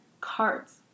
cards